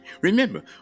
Remember